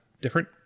different